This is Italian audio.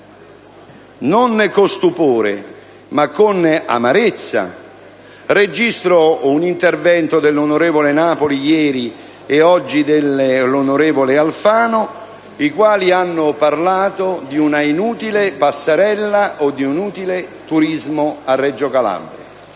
non con stupore ma con amarezza registro un intervento dell'onorevole Napoli ieri e, oggi, dell'onorevole Alfano, i quali hanno parlato di una inutile passerella o di un inutile turismo a Reggio Calabria.